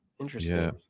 Interesting